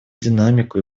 динамику